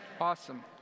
Awesome